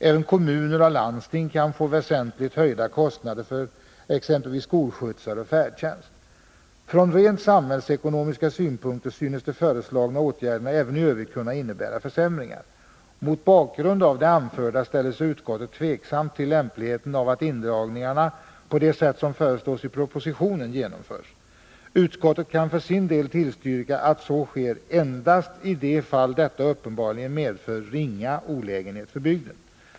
Även kommuner och landsting kan få väsentligt höjda kostnader för exempelvis skolskjutsar och färdtjänst. Från rent samhällsekonomiska synpunkter synes de föreslagna åtgärderna även i övrigt kunna innebära försämringar. Mot bakgrund av det anförda ställer sig utskottet tveksamt till lämpligheten av att indragningarna — på det sätt som föreslås i propositionen — genomförs. Utskottet kan för sin del tillstyrka att så sker endast i de fall detta uppenbarligen medför ringa olägenhet för bygden.